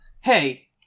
hey